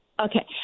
Okay